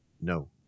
no